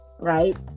right